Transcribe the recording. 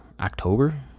October